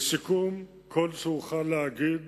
לסיכום, כל שאוכל להגיד,